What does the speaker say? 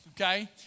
okay